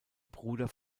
bruder